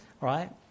right